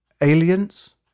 aliens